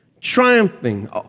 triumphing